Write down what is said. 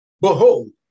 Behold